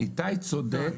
איתי צודק